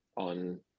on